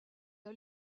l’a